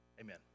Amen